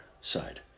side